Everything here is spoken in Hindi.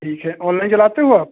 ठीक है ऑनलाइन चलाते हो आप